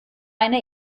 eine